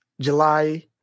July